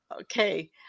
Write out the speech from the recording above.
Okay